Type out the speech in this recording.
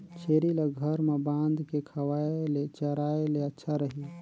छेरी ल घर म बांध के खवाय ले चराय ले अच्छा रही?